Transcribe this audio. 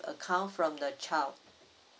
account from the child